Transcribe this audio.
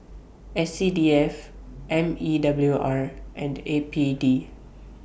S C D F M E W R and A P D